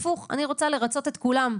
הפוך, אני רוצה לרצות את כולם.